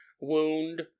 wound